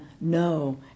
no